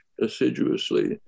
assiduously